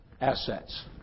assets